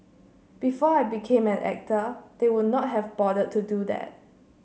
before I became an actor they would not have bothered to do that